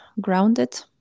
grounded